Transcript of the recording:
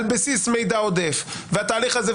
על בסיס מידע עודף והתהליך הזה,